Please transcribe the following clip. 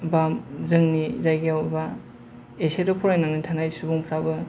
बा जोंनि जायगायाव बा एसेल' फरायनानै थानाय सुबुंफ्राबो